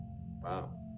Wow